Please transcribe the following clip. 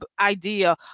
idea